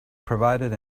provided